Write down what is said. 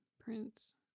Prince